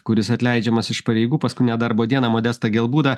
kuris atleidžiamas iš pareigų paskutinę darbo dieną modestą gelbūdą